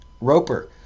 Roper